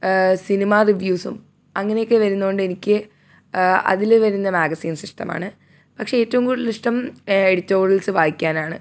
cinema റിവ്യൂസും അങ്ങനെയൊക്കെ വരുന്നതു കൊണ്ട് എനിക്ക് അതിൽ വരുന്ന മാഗസീൻസിഷ്ടമാണ് പക്ഷേ ഏറ്റവും കൂടുതലിഷ്ടം എഡിറ്റോറിയൽസ് വായിക്കാനാണ്